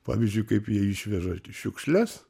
pavyzdžiui kaip jie išveža šiukšles